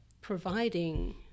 providing